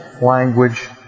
language